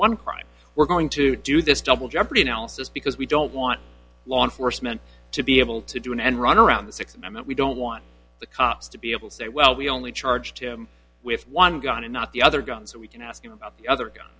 one crime we're going to do this double jeopardy analysis because we don't want law enforcement to be able to do an end run around the six and that we don't want the cops to be able to say well we only charged him with one gun and not the other gun so we can ask him about the other gu